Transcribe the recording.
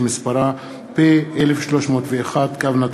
שמספרה פ/1301/19.